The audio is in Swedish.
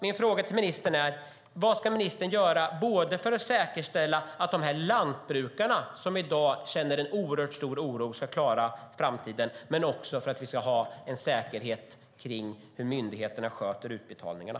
Min fråga till ministern är alltså: Vad ska ministern göra för att säkerställa att lantbrukarna som i dag känner en oerhört stor oro ska klara framtiden och för att vi ska ha en säkerhet i fråga om hur myndigheterna sköter utbetalningarna?